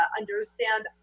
understand